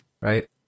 right